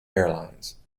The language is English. airlines